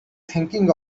thinking